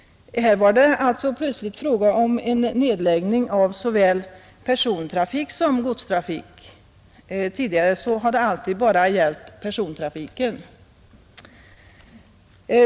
Här var det alltså plötsligt fråga om nedläggning av såväl persontrafiken som godstrafiken. Tidigare har det alltid bara gällt persontrafiken.